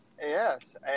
Yes